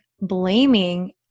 blaming